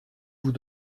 vous